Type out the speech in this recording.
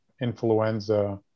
influenza